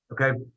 Okay